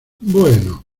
bueno